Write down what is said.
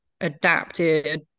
adapted